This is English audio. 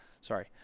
Sorry